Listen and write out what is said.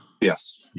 Yes